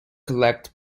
collect